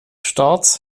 starts